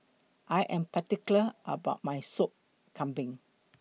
I Am particular about My Sop Kambing